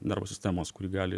nervų sistemos kuri gali